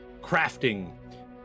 crafting